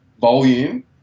volume